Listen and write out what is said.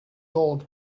talk